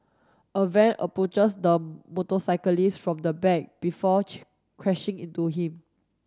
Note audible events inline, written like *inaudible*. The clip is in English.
a van approaches the motorcyclist from the back before *unintelligible* crashing into him